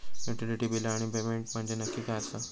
Utility बिला आणि payment म्हंजे नक्की काय आसा?